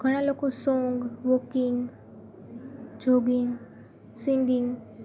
ઘણા લોકો song walking jogging singing